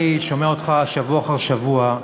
אני שומע אותך שבוע אחר שבוע,